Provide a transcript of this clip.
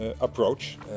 approach